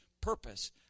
purpose